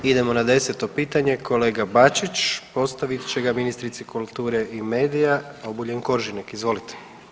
Idemo na 10. pitanje, kolega Bačić postavit će ga ministrici kulture i medija Obuljen Koržinek, izvolite.